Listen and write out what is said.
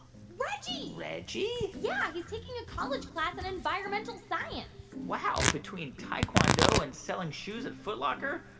reggie reggie? yeah, he's taking a college class on environmental science wow. between taekwando and selling shoes at foot locker,